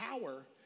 power